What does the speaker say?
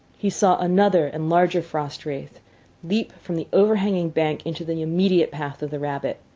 he saw another and larger frost wraith leap from the overhanging bank into the immediate path of the rabbit.